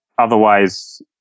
Otherwise